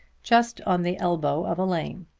just on the elbow of a lane.